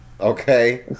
Okay